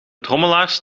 trommelaars